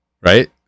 right